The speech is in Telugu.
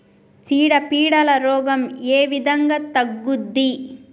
చీడ పీడల రోగం ఏ విధంగా తగ్గుద్ది?